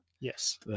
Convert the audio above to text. yes